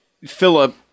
Philip